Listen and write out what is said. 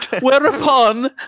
Whereupon